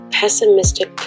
pessimistic